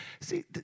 See